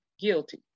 guilty